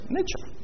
Nature